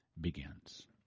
begins